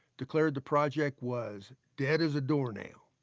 declared the project was dead as a doornail.